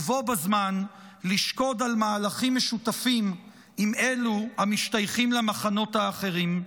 ובו בזמן לשקוד על מהלכים משותפים עם אלו המשתייכים למחנות האחרים.